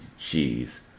Jeez